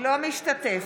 לא משתתף.